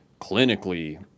clinically